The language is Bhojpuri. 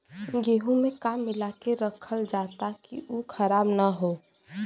गेहूँ में का मिलाके रखल जाता कि उ खराब न हो?